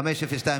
502,